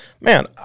man